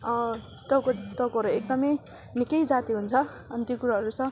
टाउको टाउकोहरू एकदमै निकै जाती हुन्छ अनि त्यो कुराहरू छ